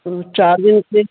वो चार दिन से